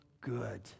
good